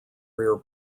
rear